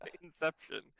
Inception